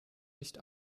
nicht